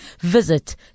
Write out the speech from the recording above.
visit